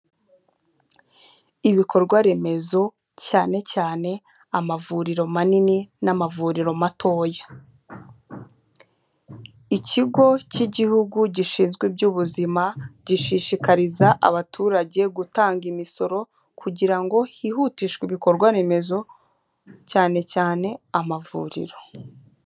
Ibikorwa remezo, cyane cyane amavuriro manini n'amavuriro matoya. Ikigo cy'igihugu gishizwe iby'ubuzima, gishishiriza abaturage gutanga imisoro kugira hihutishwe ibikorwa remezo, cyane cyane amavuriro.